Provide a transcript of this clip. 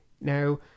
Now